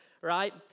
right